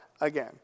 again